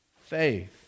faith